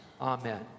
Amen